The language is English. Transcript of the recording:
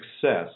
success